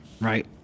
right